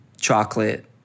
chocolate